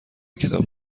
کتاب